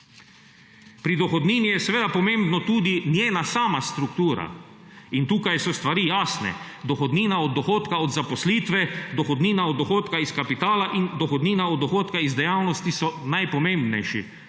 Pri dohodnini je seveda pomembna tudi njena sama struktura. In tu so stvari jasne – dohodnina od dohodka od zaposlitve, dohodnina od dohodka iz kapitala in dohodnina od dohodka iz dejavnosti so najpomembnejši